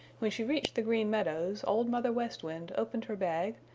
when she reached the green meadows old mother west wind opened her bag,